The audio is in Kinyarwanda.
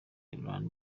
ireland